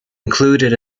included